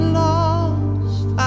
lost